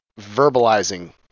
verbalizing